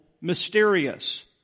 mysterious